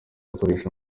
gukoresha